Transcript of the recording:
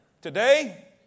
Today